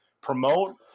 promote